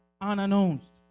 Unannounced